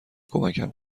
کمکم